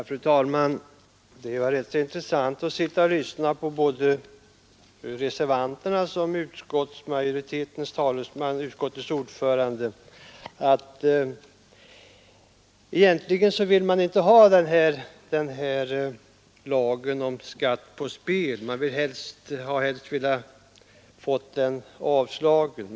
Fru talman! Det var rätt intressant att lyssna på både reservanternas talesmän och utskottets ordförande. Det framgick att egentligen vill man inte ha den här lagen om skatt på spel — man skulle helst ha sett att förslaget avslagits.